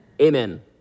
Amen